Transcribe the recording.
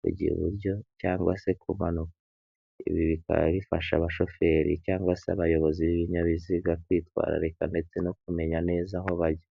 kujya iburyo cyangwa se kumanuka. ibi bikaba bifasha abashoferi cyangwa se abayobozi b'ibinyabiziga kwitwararika, ndetse no kumenya neza aho bajya.